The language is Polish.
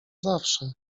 zawsze